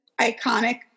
iconic